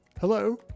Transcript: Hello